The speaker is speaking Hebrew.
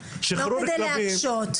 לא כדי להקשות.